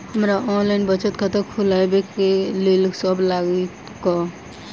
हमरा ऑनलाइन बचत खाता खोलाबै केँ लेल की सब लागत?